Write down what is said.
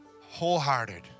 wholehearted